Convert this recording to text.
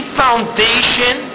foundation